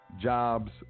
jobs